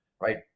right